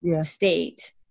state